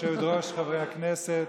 כבוד היושבת-ראש, חברי הכנסת,